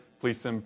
Please